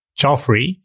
Joffrey